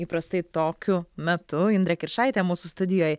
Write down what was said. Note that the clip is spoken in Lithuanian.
įprastai tokiu metu indrė kiršaitė mūsų studijoj